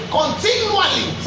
continually